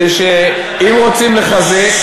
אם רוצים לחזק,